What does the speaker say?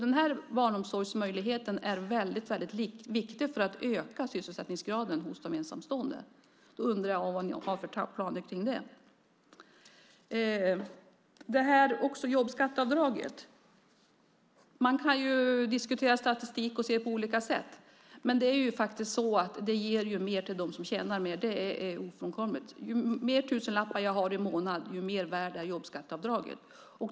Den barnomsorgsmöjligheten är väldigt viktig för att öka sysselsättningsgraden hos de ensamstående. Jag undrar vad ni har för planer för det? När det gäller jobbskatteavdraget kan man diskutera statistik och se på olika sätt. Men det ger mer till dem som tjänar mer. Det är ofrånkomligt. Ju fler tusenlappar jag har i månaden desto mer värt är jobbskatteavdraget.